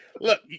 Look